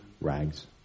rags